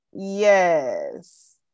Yes